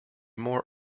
more